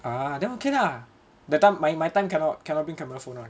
ah then okay lah that time my my time cannot cannot bring camera phone [one]